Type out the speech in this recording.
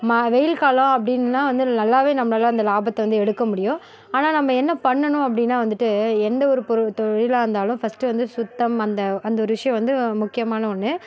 மா வெயில் காலம் அப்படின்னா வந்து நல்லாவே நம்பளால் அந்த லாபத்தை வந்து எடுக்க முடியும் ஆனால் நம்ப என்ன பண்ணனும் அப்படின்னா வந்துவிட்டு எந்த ஒரு பொரு தொழிலாக இருந்தாலும் ஃபர்ஸ்ட்டு வந்து சுத்தம் அந்த அந்த ஒரு விஷியம் வந்து முக்கியமான ஒன்று